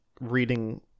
reading